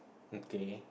okay